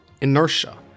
inertia